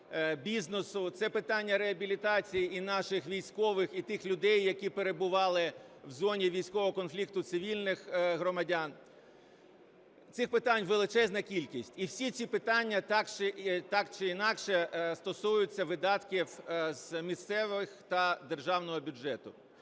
бізнесу. Це питання реабілітації, і наших військових, і тих людей, які перебували в зоні військового конфлікту, цивільних громадян. Цих питань величезна кількість. І всі ці питання так чи інакше стосуються видатків з місцевих та державного бюджету.